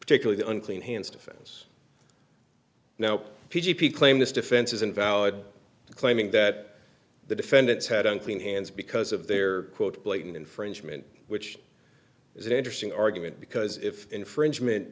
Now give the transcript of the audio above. particularly unclean hands defense now p g p claim this defense is invalid claiming that the defendants had unclean hands because of their quote blatant infringement which is an interesting argument because if infringement